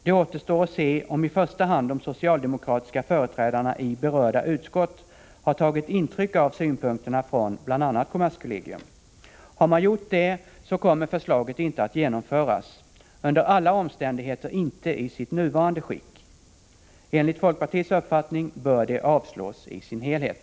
Det återstår att se om i första hand de socialdemokratiska företrädarna i berörda utskott har tagit intryck av synpunkterna från bl.a. kommerskollegium. Har man gjort det, kommer förslaget inte att genomföras, under alla omständigheter inte i sitt nuvarande skick. Enligt folkpartiets uppfattning bör det avslås i sin helhet.